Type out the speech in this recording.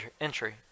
entry